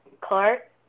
Clark